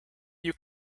you